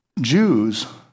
Jews